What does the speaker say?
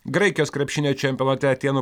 graikijos krepšinio čempionate atėnų